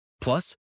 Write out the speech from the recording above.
Plus